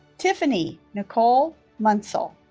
tiffany nicole munsell